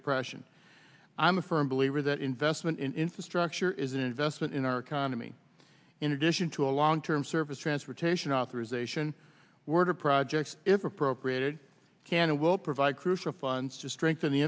depression i'm a firm believer that investment in infrastructure is an investment in our economy in addition to a long term service transportation authorization word projects if appropriated can and will provide crucial funds to strengthen the